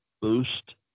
Boost